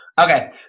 Okay